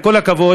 עם כל הכבוד,